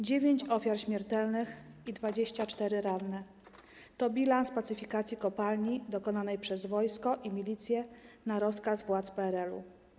9 ofiar śmiertelnych i 24 ranne to bilans pacyfikacji kopalni dokonanej przez wojsko i milicję na rozkaz władz PRL-u.